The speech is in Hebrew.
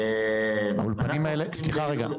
סליחה רגע,